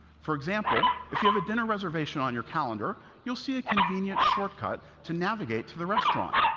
for example, if you have a dinner reservation on your calendar, you'll see a convenient shortcut to navigate to the restaurant.